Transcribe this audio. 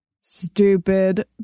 stupid